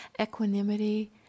Equanimity